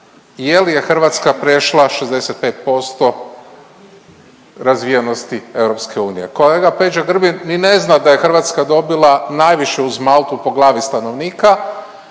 jel je Hrvatska prešla 65% razvijenosti EU. Kolega Peđa Grbin ni ne zna da je Hrvatska dobila najviše uz Maltu po glavi stanovnika